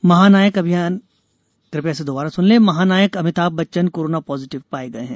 corona Amitabh महानायक Amitabh Bachchan corona positive पाये गये हैं